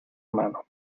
mano